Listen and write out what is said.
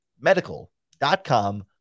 Medical.COM